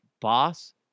boss